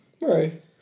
Right